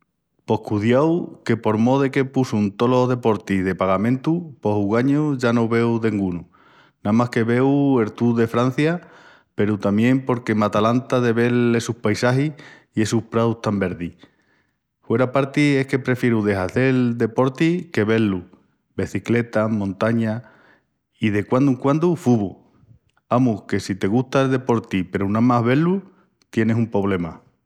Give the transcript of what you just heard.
Pos cudiau que por mó deque pusun tolos deportis de pagamientu pos ogañu ya no veu dengunu. Namás que veu el Tour de Francia peru tamién porque m'atalanta de vel essus paisagis i essus praus tan verdis. Hueraparti es que prefieru de hazel deporti que ve-lu: becicleta, montaña i de quandu en quandu, fubu. Amus, que si te gusta el deporti peru namás ve-lu tienis un pobrema.